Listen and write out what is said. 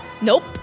Nope